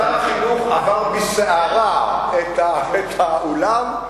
שר החינוך עבר בסערה את האולם,